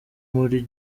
muri